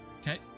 Okay